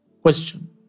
Question